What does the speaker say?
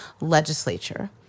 legislature